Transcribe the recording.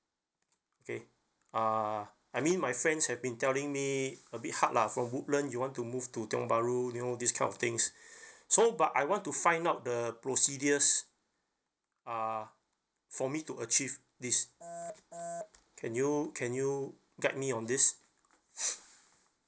okay uh I mean my friends have been telling me a bit hard lah from woodland you want to move to tiong bahru you know this kind of things so but I want to find out the procedures uh for me to achieve this can you can you guide me on this